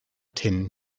tin